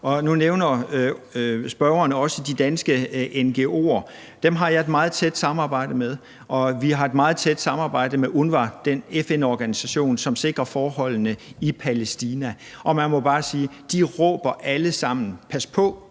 Og nu nævner spørgeren også de danske ngo'er. Dem har jeg et meget tæt samarbejde med, og vi har et meget tæt samarbejde med UNRWA, den FN-organisation, som sikrer forholdene i Palæstina. Og man må bare sige, at de alle sammen råber: